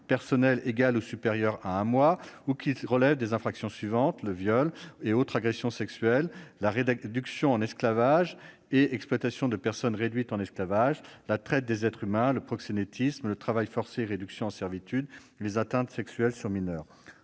personnel égale ou supérieure à un mois ou relèvent des infractions suivantes : viol et autres agressions sexuelles, réduction en esclavage et exploitation de personnes réduites en esclavage, traite des êtres humains, proxénétisme, travail forcé et réduction en servitude, atteintes sexuelles sur mineurs.